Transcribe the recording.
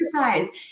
exercise